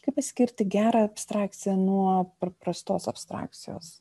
kaip atskirti gerą abstrakciją nuo paprastos abstrakcijos